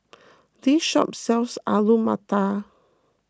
this shop sells Alu Matar